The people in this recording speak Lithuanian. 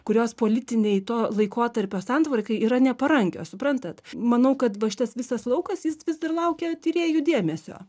kurios politiniai to laikotarpio santvarkai yra neparankios suprantat manau kad va šitas visas laukas jis vis dar laukia tyrėjų dėmesio